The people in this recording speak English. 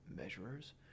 Measurers